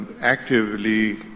actively